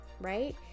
right